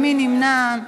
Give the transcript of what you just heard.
מי נמנע?